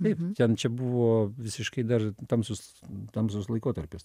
taip čia buvo visiškai dar tamsus tamsus laikotarpis